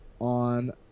on